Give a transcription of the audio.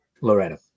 Loretta